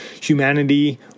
Humanity